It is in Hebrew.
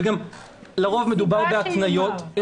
וגם לרוב מדובר בהתניות.